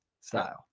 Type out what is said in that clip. Style